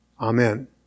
Amen